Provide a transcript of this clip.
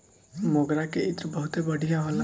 मोगरा के इत्र बहुते बढ़िया होला